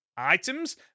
Items